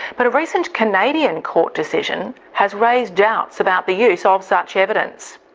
but a recent canadian court decision has raised doubts about the use ah of such evidence.